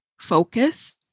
focus